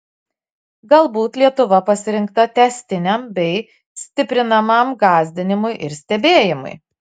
galbūt lietuva pasirinkta tęstiniam bei stiprinamam gąsdinimui ir stebėjimui